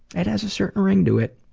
it has a certain ring to it,